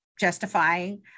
justifying